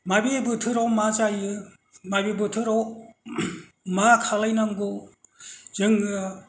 माबे बोथोरआव मा जायो माबे बोथोराव मा खालामनांगौ जोङो